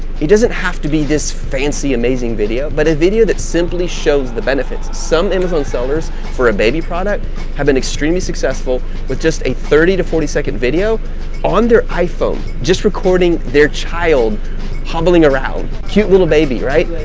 he doesn't have to be this fancy amazing video but a video that simply shows the benefits. some amazon sellers for a baby product have an extremely successful with just a thirty to forty second video on their iphone, just recording their child hobbling around. cute little baby, right,